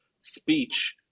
speech